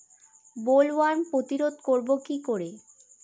Bollworm প্রতিরোধ করব কি করে?